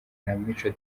mico